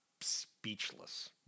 speechless